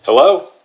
Hello